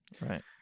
right